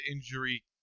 injury